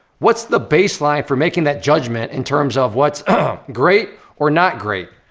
what's the baseline for making that judgment in terms of what's great or not great?